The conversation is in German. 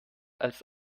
als